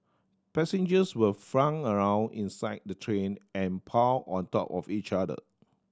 passengers were flung around inside the train and piled on top of each other